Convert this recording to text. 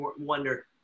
wonder